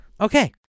Okay